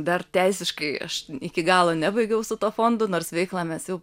dar teisiškai aš iki galo nebaigiau su tuo fondu nors veiklą mes jau